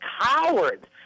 cowards